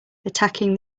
attacking